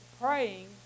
praying